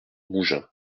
mougins